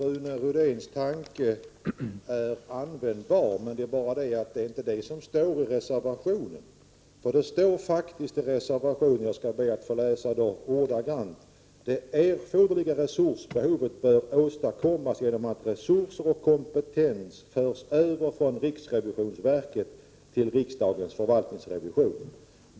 Herr talman! Det är möjligt att Rune Rydéns tanke är användbar. Men det är inte detta som står i reservationen. I reservationen står det att ”det erforderliga resursbehovet bör åstadkommas genom att resurser och kompetens förs över från riksrevisionsverket till riksdagens förvaltningsrevision”.